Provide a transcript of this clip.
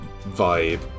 vibe